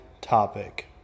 topic